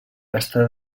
està